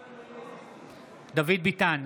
בעד דוד ביטן,